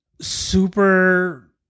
super